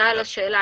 תודה על השאלה.